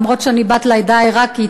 אף שאני בת לעדה העיראקית,